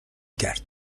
کرد